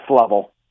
level